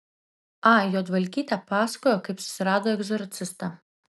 a juodvalkytė pasakojo kaip susirado egzorcistą